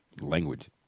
language